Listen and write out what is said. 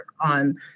on